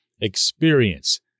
experience